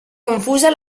confusa